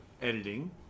Editing